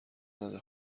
نده